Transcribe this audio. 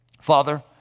Father